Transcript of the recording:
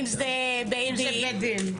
אם זה בית דין.